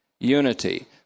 unity